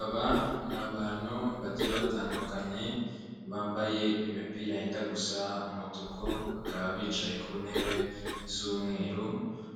Aba ni abantu bagiye batandukanye, bambaye imipira yenda gusa umutuku, bakaba bicaye ku ntebe z'umweru,